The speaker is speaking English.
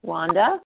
Wanda